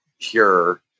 pure